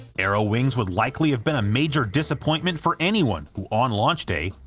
aerowings would likely have been a major disappointment for anyone who on launch day,